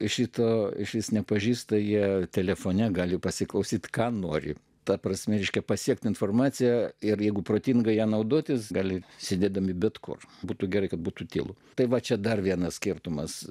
šito išvis nepažįsta jie telefone gali pasiklausyti ką nori ta prasme reiškia pasiekti informaciją ir jeigu protingai ja naudotis gali sėdėdami bet kur būtų gerai kad būtų tylu tai va čia dar vienas skirtumas